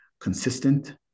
consistent